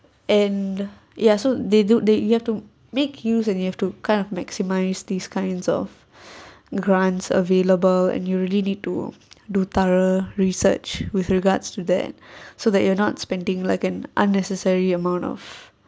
and ya so they do they you have to make use and you have to kind of maximise these kinds of grants available and you really need to do thorough research with regards to that so that you're not spending like in unnecessary amount of